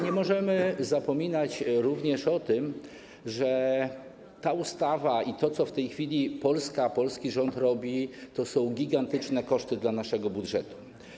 Nie możemy zapominać również o tym, że ta ustawa i to, co w tej chwili robi Polska, polski rząd, to są gigantyczne koszty dla naszego budżetu.